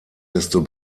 desto